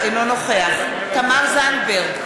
אינו נוכח תמר זנדברג,